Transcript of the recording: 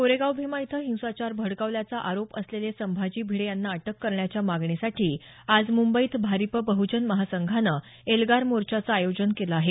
कोरेगाव भीमा इथं हिंसाचार भडकावल्याचा आरोप असलेले संभाजी भिडे यांना अटक करण्याच्या मागणीसाठी आज मुंबईत भारिप बहजन महासंघानं एल्गार मोर्चाचं आयोजन केलं आहे